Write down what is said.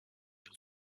yıl